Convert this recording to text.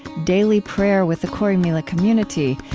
daily prayer with the corrymeela community,